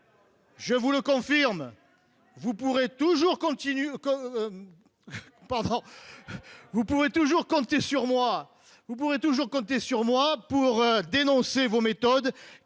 sur moi, vous pourrez toujours compter sur moi pour dénoncer vos méthodes